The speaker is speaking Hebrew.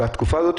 ובתקופה הזאת